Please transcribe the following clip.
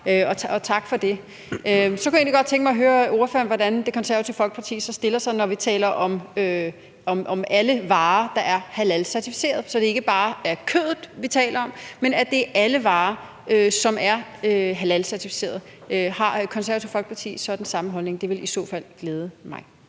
og tak for det. Så kunne jeg egentlig godt tænke mig høre ordføreren, hvordan Det Konservative Folkeparti så stiller sig, når vi taler om alle varer, der er halalcertificeret, altså så det ikke bare er kødet, vi taler om, men alle varer, som er halalcertificeret. Har Det Konservative Folkeparti så den samme holdning? Det ville i så fald glæde mig.